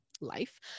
life